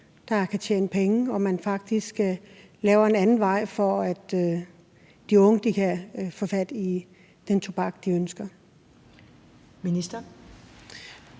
der kan tjene penge, og man faktisk laver en anden vej for, at de unge kan få fat i den tobak, de ønsker. Kl.